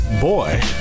boy